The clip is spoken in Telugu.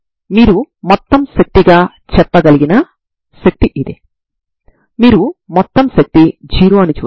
ప్రాథమిక నియమం 1 ని ఉపయోగించడం వల్ల ఇది నా An అవుతుంది